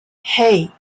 hey